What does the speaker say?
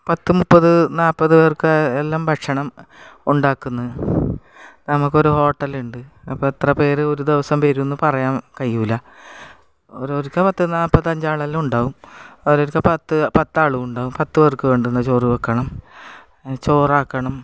പത്തു മുപ്പത് നാൽപ്പത് പേർക്ക് എല്ലാം ഭക്ഷണം ഉണ്ടാക്കുന്ന നമുക്കൊരു ഹോട്ടലുണ്ട് അപ്പം എത്ര പേർ ഒരു ദിവസം വരുമെന്നു പറയാൻ കഴിയില്ല ഒരോർക്ക് പത്തു നാൽപ്പത്തഞ്ചാളെല്ലാം ഉണ്ടാകും ഒരോർക്ക് പത്തു പത്താളും ഉണ്ടാകും പത്തു പേർക്കു വേണ്ടുന്ന ചോറ് വെക്കണം ചോറാക്കണം